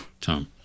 tom